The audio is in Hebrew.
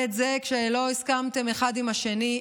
זה את זה כשלא הסכמתם אחד עם השני,